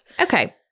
Okay